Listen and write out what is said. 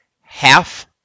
half